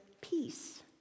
peace